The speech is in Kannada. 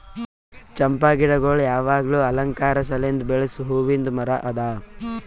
ಚಂಪಾ ಗಿಡಗೊಳ್ ಯಾವಾಗ್ಲೂ ಅಲಂಕಾರ ಸಲೆಂದ್ ಬೆಳಸ್ ಹೂವಿಂದ್ ಮರ ಅದಾ